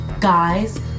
Guys